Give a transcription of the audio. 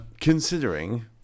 considering